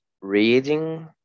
reading